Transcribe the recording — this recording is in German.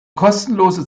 kostenlose